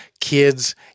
kids